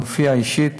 להופיע אישית.